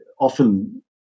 often